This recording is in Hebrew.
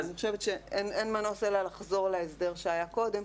אני חושבת שאין מנוס אלא לחזור להסדר שהיה קודם,